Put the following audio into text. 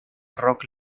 rock